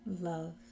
love